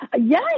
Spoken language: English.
Yes